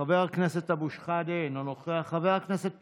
חבר הכנסת אבו שחאדה, אינו נוכח, חבר הכנסת פרוש,